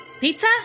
Pizza